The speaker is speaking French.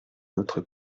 notre